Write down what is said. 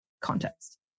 context